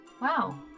Wow